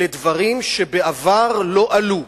אלה דברים שבעבר לא עלו.